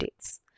updates